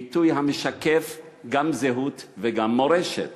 ביטוי המשקף גם זהות וגם מורשת.